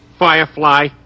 Firefly